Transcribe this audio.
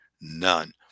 none